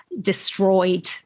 destroyed